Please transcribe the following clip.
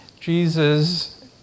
Jesus